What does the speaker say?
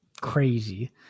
crazy